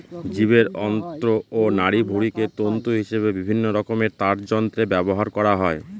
জীবের অন্ত্র ও নাড়িভুঁড়িকে তন্তু হিসেবে বিভিন্নরকমের তারযন্ত্রে ব্যবহার করা হয়